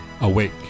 Awake